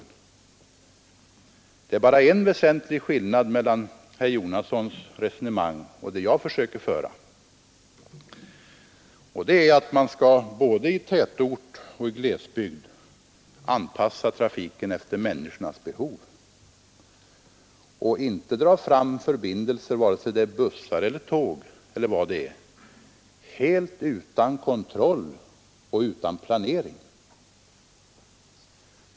Men det är en väsentlig skillnad mellan herr Jonassons resonemang och det jag försöker föra. Jag anser att man både i tätort och i glesbygd skall anpassa trafiken efter människornas behov och inte dra fram förbindelser — vare sig det gäller bussar eller tåg eller något annat — helt utan kontroll och planering.